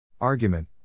Argument